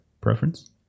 preference